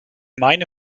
meine